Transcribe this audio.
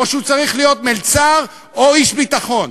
או שהוא צריך להיות מלצר או איש ביטחון?